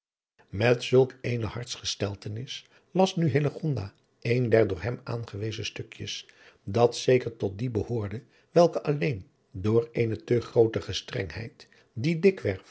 met zulk eene hartsgesteltenis las nu hillegonda een der door hem aangewezen stukjes dat zeker tot die behoorde welke alleen door eene te groote gestrengheid die